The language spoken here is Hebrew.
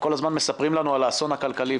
כל הזמן מספרים לנו על האסון הכלכלי,